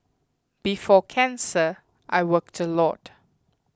before cancer I worked a lot